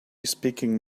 speaking